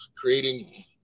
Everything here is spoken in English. creating